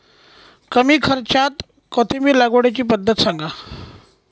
कमी खर्च्यात कोथिंबिर लागवडीची पद्धत सांगा